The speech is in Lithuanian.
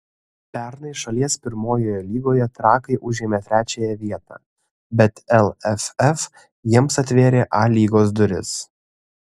pernai šalies pirmojoje lygoje trakai užėmė trečiąją vietą bet lff jiems atvėrė a lygos duris